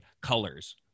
colors